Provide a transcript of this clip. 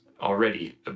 already